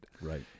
right